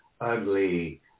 ugly